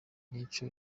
yica